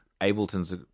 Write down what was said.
Ableton's